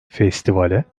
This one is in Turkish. festivale